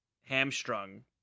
hamstrung